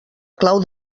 clau